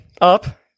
Up